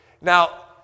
Now